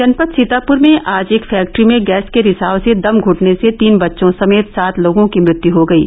जनपद सीतापुर में आज एक फैक्ट्री में गैस के रिसाव से दम घूटने से तीन बच्चों समेत सात लोगों की मृत्यू हो गयी